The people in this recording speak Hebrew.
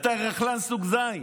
אתה רכלן סוג ז'.